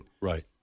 Right